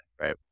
right